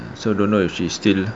so don't know if she still